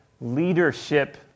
leadership